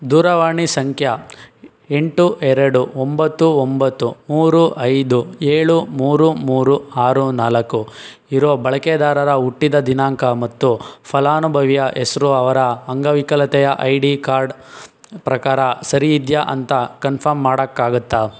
ದೂರವಾಣಿ ಸಂಖ್ಯೆ ಎಂಟು ಎರಡು ಒಂಬತ್ತು ಒಂಬತ್ತು ಮೂರು ಐದು ಏಳು ಮೂರು ಮೂರು ಆರು ನಾಲ್ಕು ಇರೊ ಬಳಕೆದಾರರ ಹುಟ್ಟಿದ ದಿನಾಂಕ ಮತ್ತು ಫಲಾನುಭವಿಯ ಹೆಸ್ರು ಅವರ ಅಂಗವಿಕಲತೆಯ ಐ ಡಿ ಕಾರ್ಡ್ ಪ್ರಕಾರ ಸರಿಯಿದೆಯಾ ಅಂತ ಕನ್ಫರ್ಮ್ ಮಾಡೋಕ್ಕಾಗುತ್ತ